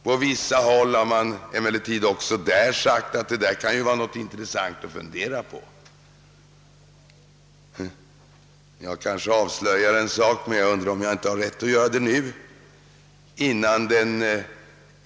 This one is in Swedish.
På vissa håll har man dock sagt att det kanske var något att fundera på. Jag undrar om jag inte här har rätt att göra ett litet avslöjande.